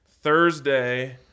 Thursday